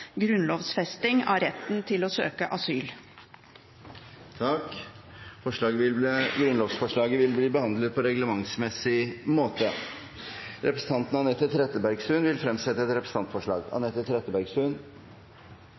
grunnlovfesting av retten til å søke asyl. Grunnlovsforslaget vil bli behandlet på reglementsmessig måte. Representanten Anette Trettebergstuen vil fremsette et representantforslag.